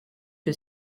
que